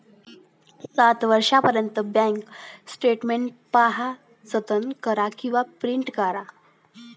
सात वर्षांपर्यंत bank statement पहा, जतन करा किंवा प्रिंट करा